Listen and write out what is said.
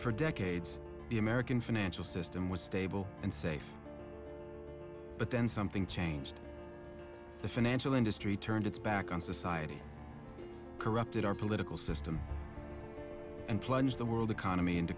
for decades the american financial system was stable and safe but then something changed the financial industry turned its back on society corrupted our political system and plunged the world economy into